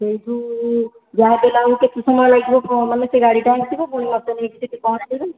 ସେଇଠୁ ଯାହାହେଲେ ଆଉ କେତେ ସମୟ ଲାଗିବ ମାନେ ସେହି ଗାଡ଼ିଟା ଆସିବ ପୁଣି ମୋତେ ନେଇକି ସେଇଠି ପହଞ୍ଚେଇବ